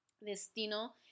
destino